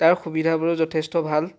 তাৰ সুবিধাবোৰো যথেষ্ট ভাল